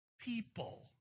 people